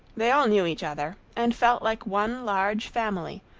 they all knew each other, and felt like one large family,